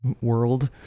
world